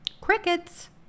crickets